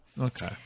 Okay